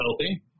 healthy